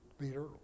leader